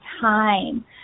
time